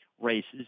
races